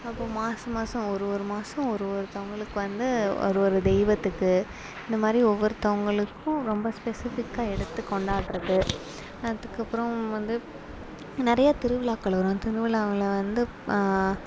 அப்போ மாதம் மாதம் ஒரு ஒரு மாதம் ஒரு ஒரு ஒருத்தவங்களுக்கு வந்து ஒரு ஒரு தெய்வத்துக்கு இந்த மாதிரி ஒவ்வொருத்தவங்களுக்கும் ரொம்ப ஸ்பெசிபிக்காக எடுத்து கொண்டாற்றது அதுக்கு அப்புறோம் வந்து நிறையா திருவிழாக்கள் வரும் திருவிழாவில் வந்து